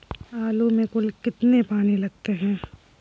आलू में कुल कितने पानी लगते हैं?